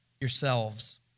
yourselves